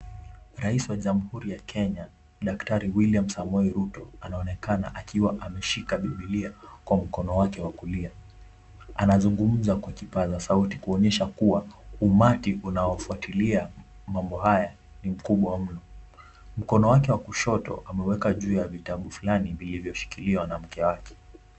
Rais wa jamhuri ya Kenya daktari William Samoei Ruto anaonekana akiwa ameshika bibilia kwa mkono wake wa kulia. Anazungumza kwa kipazasauti kuonesha kuwa umati unafuatilia mambo haya ni mkubwa mno. Mkono wake wa kushoto ameweka juu ya vitabu flani vilivyoshikiliwa na mke wake.